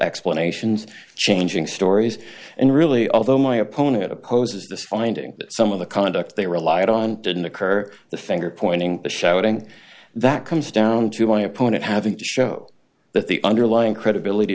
explanations changing stories and really although my opponent opposes this finding that some of the conduct they relied on didn't occur the finger pointing the shouting that comes down to my opponent having to show that the underlying credibility